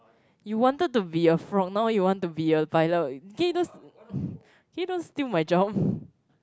you wanted to be a frog now you want to be a pilot can you don't can you don't steal my job